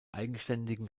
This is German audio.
eigenständigen